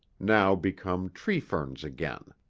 now become treeferns again.